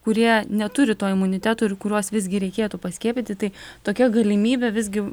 kurie neturi to imuniteto ir kuriuos visgi reikėtų paskiepyti tai tokia galimybė visgi